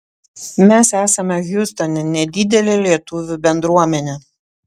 mes esame hjustone nedidelė lietuvių bendruomenė